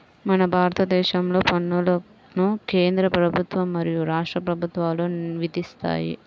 మన భారతదేశంలో పన్నులను కేంద్ర ప్రభుత్వం మరియు రాష్ట్ర ప్రభుత్వాలు విధిస్తాయి